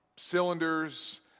Cylinders